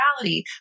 reality